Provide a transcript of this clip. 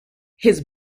his